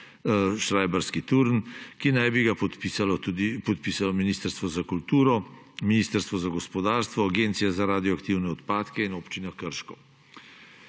Šrajbarski turn, ki naj bi ga podpisalo Ministrstvo za kulturo, Ministrstvo za gospodarstvo, Agencija za radioaktivne odpadke in Občina Krško.